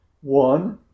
one